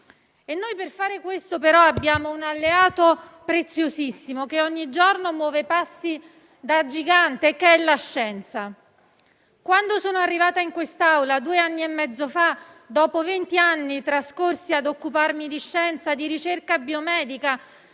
Per fare questo, però, abbiamo un alleato preziosissimo, che ogni giorno muove passi da gigante, ovvero la scienza. Quando sono arrivata per la prima volta in quest'Aula, due anni e mezzo fa, dopo vent'anni trascorsi a occuparmi di scienza e di ricerca biomedica,